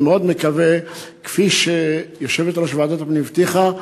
אני מאוד מקווה שכפי שיושבת-ראש ועדת הפנים הבטיחה,